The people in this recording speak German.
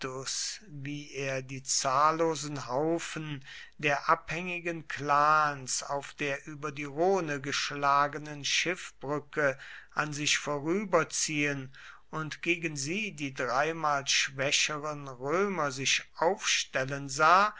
wie er die zahllosen haufen der abhängigen clans auf der über die rhone geschlagenen schiffbrücke an sich vorüberziehen und gegen sie die dreimal schwächeren römer sich aufstellen sah